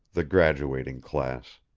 the graduating class.